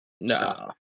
No